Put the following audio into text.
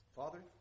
father